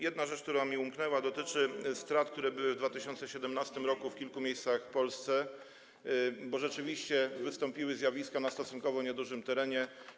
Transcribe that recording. Jedna rzecz, która mi umknęła, dotyczy strat, które były w 2017 r. w kilku miejscach w Polsce, bo rzeczywiście wystąpiły zjawiska na stosunkowo niedużym terenie.